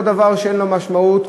זה לא דבר שאין לו משמעות,